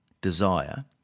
desire